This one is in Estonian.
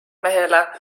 mehele